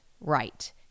right